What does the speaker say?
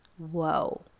whoa